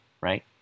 right